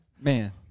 Man